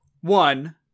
one